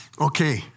Okay